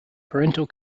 parental